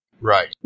Right